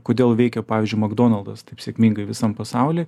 kodėl veikia pavyzdžiui magdonaldas taip sėkmingai visam pasauly